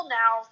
now